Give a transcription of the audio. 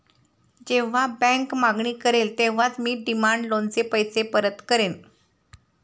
जेव्हा बँक मागणी करेल तेव्हाच मी डिमांड लोनचे पैसे परत करेन